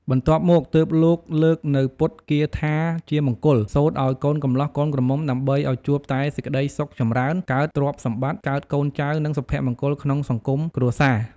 បន្ទាប់មក ទើបលោកលើកនូវពុទ្ធគាថាជាមង្គល សូត្រឱ្យកូនកម្លោះកូនក្រមុំដើម្បីឱ្យជួបតែសេចក្តីសុខចម្រើន កើតទ្រព្យសម្បត្តិ កើតកូនចៅ និងសុភមង្គលក្នុងសង្គមគ្រួសារ។